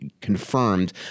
confirmed